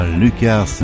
Lucas